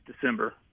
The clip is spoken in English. December